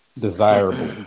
desirable